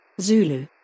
Zulu